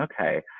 okay